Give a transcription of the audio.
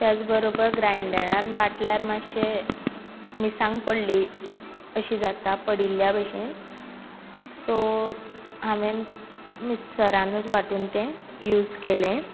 त्याचबरोबर ग्रांयडरान वाटल्यार मातशें मिरसांग पडली अशी जाता पडिल्ल्या बशेन सो हावेंन मिकसरानच वाटून तें यूज केलें